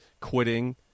quitting